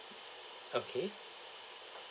okay